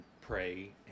pray